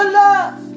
love